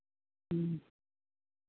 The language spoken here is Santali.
ᱦᱩᱸ